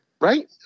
Right